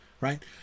right